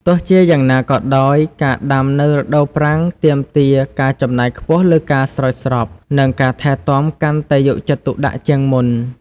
ទោះជាយ៉ាងណាក៏ដោយ ការដាំនៅរដូវប្រាំងទាមទារ ការចំណាយខ្ពស់លើការស្រោចស្រព និងការថែទាំកាន់តែយកចិត្តទុកដាក់ជាងមុន។